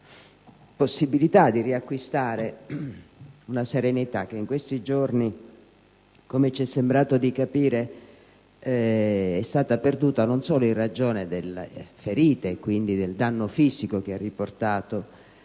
una possibilità di riacquistare una serenità che in questi giorni, come ci è sembrato di capire, è stata perduta, non solo in ragione delle ferite e quindi del danno fisico che ha riportato,